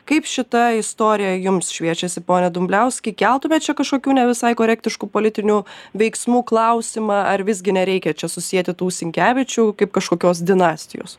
kaip šita istorija jums šviečiasi pone dumbliauskai keltumėt čia kažkokių ne visai korektiškų politinių veiksmų klausimą ar visgi nereikia čia susieti tų sinkevičių kaip kažkokios dinastijos